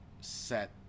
set